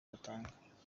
batanga